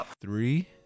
three